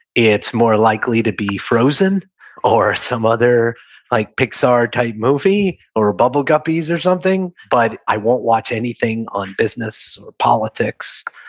it's more likely to be frozen or some other like pixar-type movie or bubble guppies or something, but i won't watch anything on business or politics.